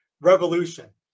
revolution